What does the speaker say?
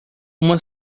uma